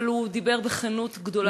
אבל הוא דיבר בכנות גדולה מאוד,